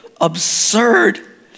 absurd